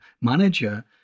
manager